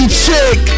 chick